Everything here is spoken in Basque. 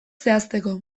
zehazteko